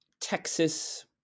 Texas